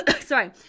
sorry